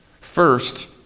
First